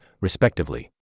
respectively